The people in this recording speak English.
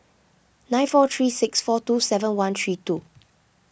nine four three six four two seven one three two